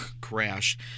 crash